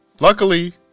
Luckily